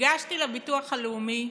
ניגשתי לביטוח הלאומי,